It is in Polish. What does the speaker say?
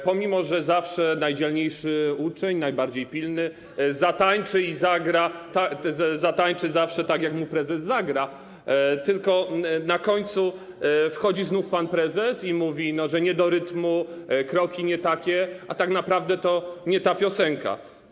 Pomimo że zawsze najdzielniejszy uczeń, najbardziej pilny, zatańczy i zagra, zatańczy zawsze tak, jak mu prezes zagra, na końcu wchodzi znów pan prezes i mówi, że nie do rytmu, kroki nie takie, a tak naprawdę to nie ta piosenka.